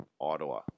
Ottawa